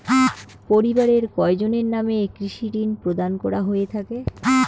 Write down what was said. পরিবারের কয়জনের নামে কৃষি ঋণ প্রদান করা হয়ে থাকে?